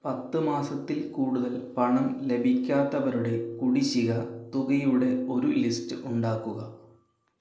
പത്ത് മാസത്തിൽ കൂടുതൽ പണം ലഭിക്കാത്തവരുടെ കുടിശ്ശിക തുകയുടെ ഒരു ലിസ്റ്റ് ഉണ്ടാക്കുക